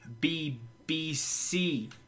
B-B-C